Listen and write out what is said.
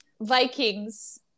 Vikings